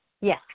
yes